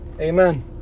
Amen